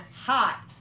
hot